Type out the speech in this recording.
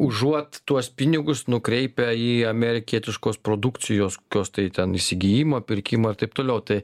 užuot tuos pinigus nukreipę į amerikietiškos produkcijos kokios tai ten įsigijimą pirkimą ir taip toliau tai